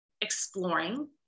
exploring